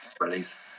release